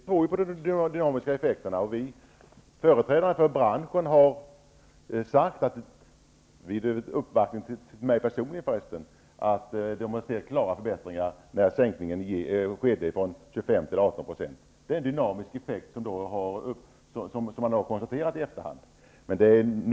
Herr talman! Vi tror på de dynamiska effekterna. Företrädare för branschen har vid en uppvaktning hos mig personligen sagt att de såg klara förbättringar när sänkningen skedde från 25 till 18 %. Det är en dynamisk effekt som har konstaterats i efterhand.